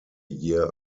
year